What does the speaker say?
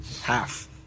Half